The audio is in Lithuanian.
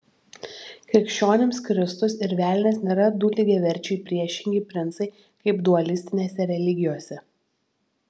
krikščionims kristus ir velnias nėra du lygiaverčiai priešingi princai kaip dualistinėse religijose